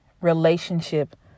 relationship